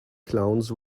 clowns